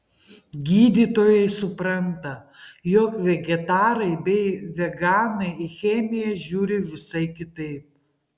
gydytojai supranta jog vegetarai bei veganai į chemiją žiūri visai kitaip